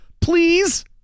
Please